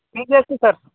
ᱴᱷᱤᱠ ᱟᱪᱷᱮ ᱥᱟᱨ